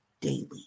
daily